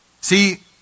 See